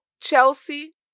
Chelsea